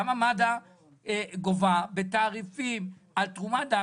למה מד"א גובה על תרומת דם?